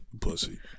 pussy